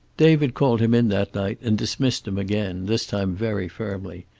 david called him in that night and dismissed him again, this time very firmly.